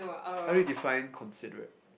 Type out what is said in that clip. how do you define considerate